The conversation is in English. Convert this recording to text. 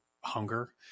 hunger